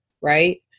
Right